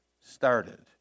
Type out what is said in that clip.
started